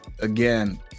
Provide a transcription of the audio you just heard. again